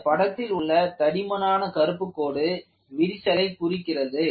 இந்த படத்தில் உள்ள தடிமனான கருப்பு கோடு விரிசலை குறிக்கிறது